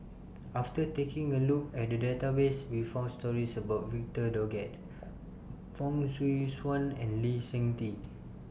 after taking A Look At The Database We found stories about Victor Doggett Fong Swee Suan and Lee Seng Tee